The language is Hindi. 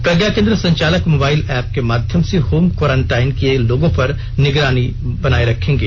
प्रज्ञा केंद्र संचालक मोबाइल एप्प के माध्यम से होम क्वारंटाइन किये लोगों पर निगरानी बनाए रखेंगे